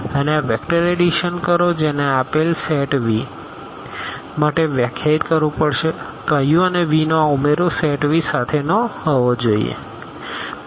અને આ vector addition કરો જેને આ આપેલ સેટ V માટે વ્યાખ્યાયિત કરવું પડશે તો આ u અને v નો આ ઉમેરો સેટV સાથેનો હોવો જોઈએ